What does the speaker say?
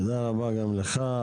תודה רבה לך.